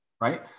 right